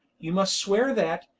you must swear that,